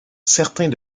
certains